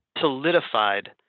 solidified